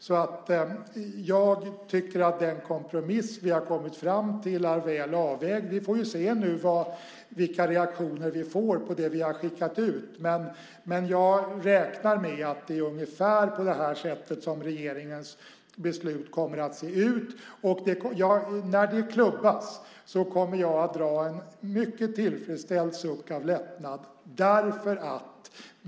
Jag tycker att den kompromiss vi har kommit fram till är väl avvägd. Vi får nu se vilka reaktioner vi får på det vi har skickat ut, men jag räknar med att det är ungefär på det här sättet som regeringens beslut kommer att se ut. När det klubbas kommer jag att dra en mycket tillfredsställd suck av lättnad.